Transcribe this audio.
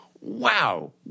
wow